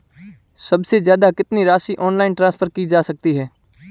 सबसे ज़्यादा कितनी राशि ऑनलाइन ट्रांसफर की जा सकती है?